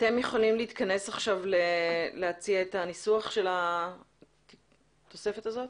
אתם יכולים להתכנס עכשיו ולהציע את הניסוח של התוספת הזאת?